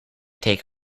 take